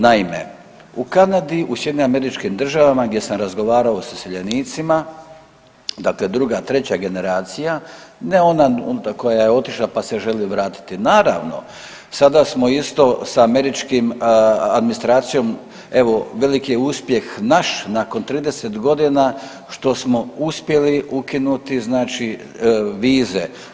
Naime, u Kanadi u SAD-u gdje sam razgovarao s iseljenicama, dakle druga treća generacija, ne ona koja je otišla pa se želi vratiti, naravno sada smo isto s američkom administracijom, evo velik je uspjeh naš nakon 30.g. što smo uspjeli ukinuti znači vize.